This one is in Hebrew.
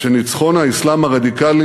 שניצחון האסלאם הרדיקלי